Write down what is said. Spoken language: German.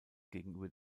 gegenüber